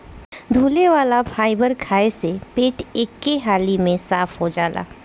घुले वाला फाइबर खाए से पेट एके हाली में साफ़ हो जाला